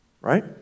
Right